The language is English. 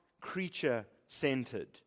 creature-centered